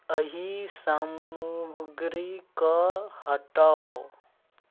एहि सामग्रीकेँ हटाउ